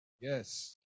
yes